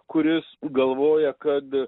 kuris galvoja kad